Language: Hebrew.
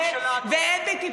הוא על כל הכיוונים.